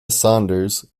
saunders